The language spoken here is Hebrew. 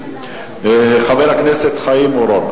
חבר הכנסת חיים אורון.